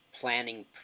planning